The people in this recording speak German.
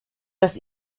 das